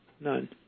None